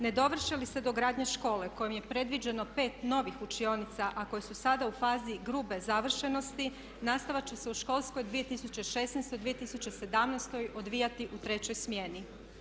Ne dovrši li se dogradnja škole kojom je predviđeno 5 novih učionica a koje su sada u fazi grube završenosti nastava će se u školskoj 2016./2017. odvijati u trećoj smjeni.